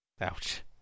Ouch